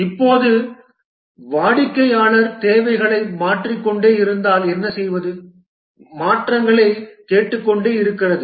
இப்போது வாடிக்கையாளர் தேவைகளை மாற்றிக்கொண்டே இருந்தால் என்ன செய்வது மாற்றங்களைக் கேட்டுக்கொண்டே இருக்கிறது